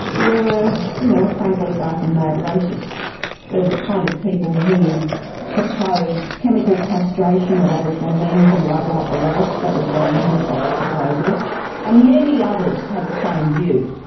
were you know frankly barking mad racists. they're the kind of people who proposed chemical castration of aboriginal men to wipe out the race that was laing hancock's proposal and many others had the same view.